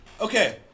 Okay